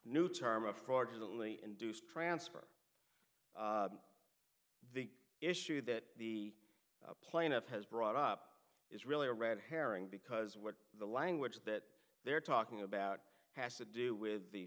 new term of fortunately induced transfer the issue that the plaintiff has brought up is really a red herring because what the language that they're talking about has to do with the